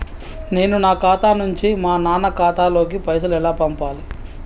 నేను నా ఖాతా నుంచి మా నాన్న ఖాతా లోకి పైసలు ఎలా పంపాలి?